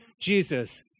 Jesus